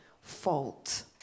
fault